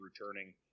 returning